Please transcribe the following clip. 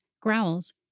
growls